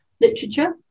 literature